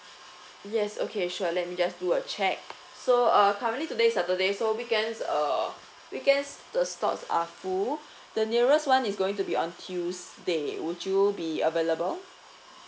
yes okay sure let me just do a check so uh currently today is saturday so weekends uh weekends the slots are full the nearest one is going to be on tuesday would you be available